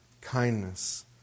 kindness